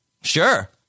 sure